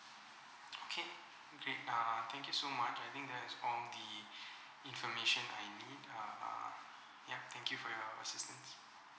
okay great uh thank you so much I think that's all the information I need err yup thank you for your assistance